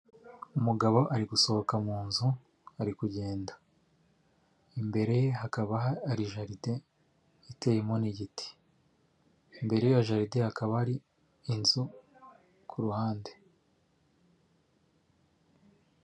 Umugabo ari gusohoka mu nzu ari kugenda. Imbere hakaba hari jaride iteyemo n'igiti, imbere ya jaride hakaba ari inzu kuhande.